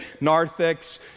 narthex